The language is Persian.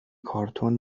کارتن